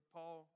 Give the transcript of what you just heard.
Paul